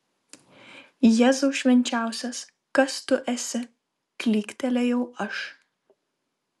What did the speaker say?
jėzau švenčiausias kas tu esi klyktelėjau aš